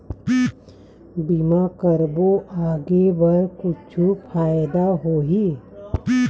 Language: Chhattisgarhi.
बीमा करबो आगे बर कुछु फ़ायदा होही?